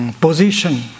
position